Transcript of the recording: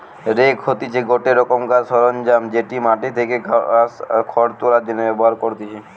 rake হতিছে গটে রোকমকার সরঞ্জাম যেটি মাটি থেকে ঘাস, খড় তোলার জন্য ব্যবহার করতিছে